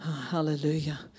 Hallelujah